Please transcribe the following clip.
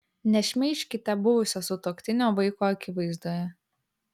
nešmeižkite buvusio sutuoktinio vaiko akivaizdoje